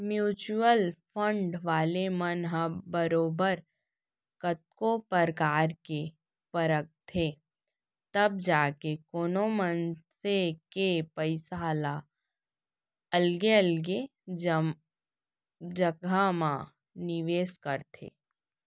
mutual fund वाले मन ह बरोबर कतको परकार ले परखथें तब जाके कोनो मनसे के पइसा ल अलगे अलगे जघा म निवेस करथे